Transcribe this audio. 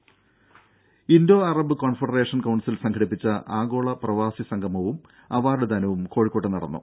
ദേദ Indo Arab confederation council സംഘടിപ്പിച്ച ആഗോള പ്രവാസി സംഗമവും അവാർഡ്ദാനവും കോഴിക്കോട്ട് നടന്നു